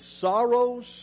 sorrows